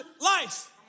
life